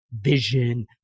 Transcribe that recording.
Vision